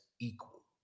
equal